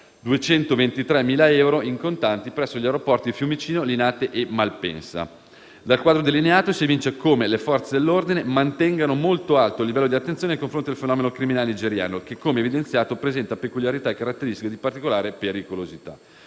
223.000 euro in contanti presso gli aeroporti di Fiumicino, Linate e Malpensa. Dal quadro delineato si evince come le Forze dell'ordine mantengano molto alto il livello di attenzione nei confronti del fenomeno criminale nigeriano che, come evidenziato, presenta peculiarità e caratteristiche di particolare pericolosità.